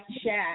chat